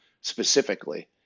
specifically